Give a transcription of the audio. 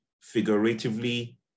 figuratively